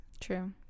True